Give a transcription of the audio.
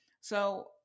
So-